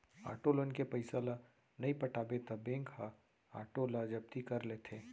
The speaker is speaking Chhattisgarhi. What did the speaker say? आटो लोन के पइसा ल नइ पटाबे त बेंक ह आटो ल जब्ती कर लेथे